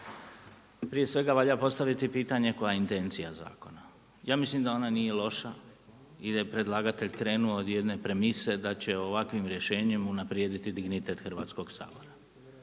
Prije svega valja postaviti pitanje koja je intencija zakona. Ja mislim da ona nije loša i da je predlagatelj krenuo od jedne premise da će ovakvim rješenjem unaprijediti dignitet Hrvatskog sabora.